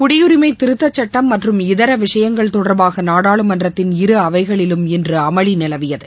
குடியுரிமை திருத்த சட்டம் மற்றும் இதர விஷயங்கள் தொடர்பாக நாடாளுமன்றத்தின் இரு அவைகளிலும் இன்று அமளி நிலவியது